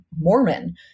Mormon